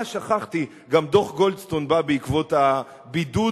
אה, שכחתי, גם דוח-גולדסטון בא בעקבות הבידוד